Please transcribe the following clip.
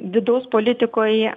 vidaus politikoj